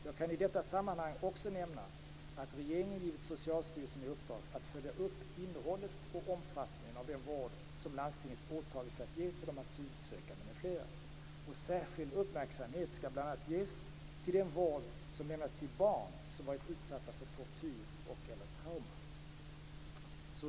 Jag kan i detta sammanhang också nämna att regeringen givit Socialstyrelsen i uppdrag att följa upp innehållet och omfattningen av den vård som landstinget åtagit sig att ge till asylsökande m.fl. Särskild uppmärksamhet skall bl.a. ges till den vård som lämnats till barn som varit utsatta för tortyr och/eller trauma.